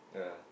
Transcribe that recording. yeah